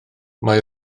mae